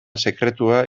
sekretua